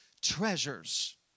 treasures